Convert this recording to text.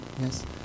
yes